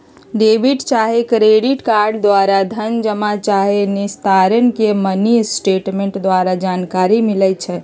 debit चाहे credit card द्वारा धन जमा चाहे निस्तारण के मिनीस्टेटमेंट द्वारा जानकारी मिलइ छै